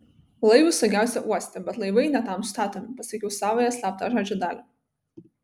laivui saugiausia uoste bet laivai ne tam statomi pasakiau savąją slaptažodžio dalį